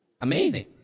amazing